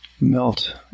melt